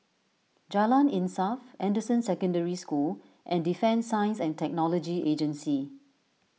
Jalan Insaf Anderson Secondary School and Defence Science and Technology Agency